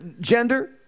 gender